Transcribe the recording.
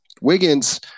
Wiggins